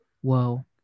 Whoa